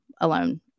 Alone